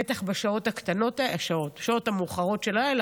בטח בשעות המאוחרות של הלילה,